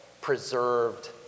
preserved